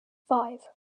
five